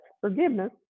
forgiveness